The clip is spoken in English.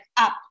up